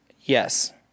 Yes